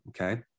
okay